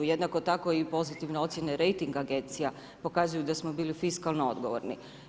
Jednako tako i pozitivne ocjene rejting agencija pokazuje da smo bili fiskalno odgovorni.